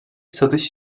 satış